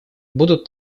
будут